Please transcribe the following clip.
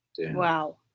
Wow